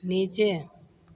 नीचे